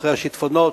אחרי השיטפונות,